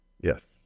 Yes